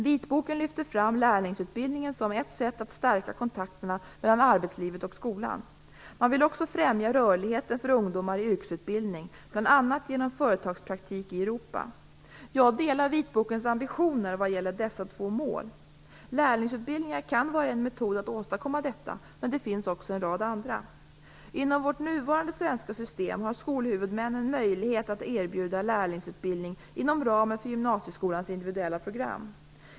Vitboken lyfter fram lärlingsutbildningen som ett sätt att stärka kontakterna mellan arbetslivet och skolan. Man vill också främja rörligheten för ungdomar i yrkesutbildning bl.a. genom företagspraktik i Europa. Jag delar vitbokens ambitioner vad gäller dessa mål. Lärlingsutbildningar kan vara en metod att åstadkomma detta, men det finns också en rad andra. Inom vårt nuvarande svenska system har skolhuvudmännen möjlighet att erbjuda lärlingsutbildning inom ramen för gymnasieskolans individuella program.